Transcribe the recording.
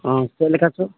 ᱚ ᱪᱮᱫ ᱞᱮᱠᱟᱛᱮ